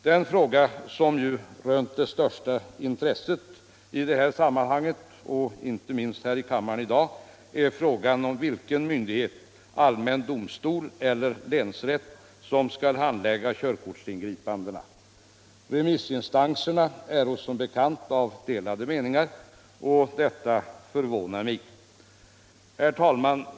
Den fråga som rönt det största intresset i det här sammanhanget, och inte minst i debatten här i dag, är frågan om vilken myndighet — allmän domstol eller länsrätt — som skall handlägga körkortsingripandena. Remissinstanserna är av delade meningar, och det förvånar mig. Herr talman!